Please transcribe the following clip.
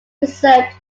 preserved